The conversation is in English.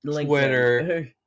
twitter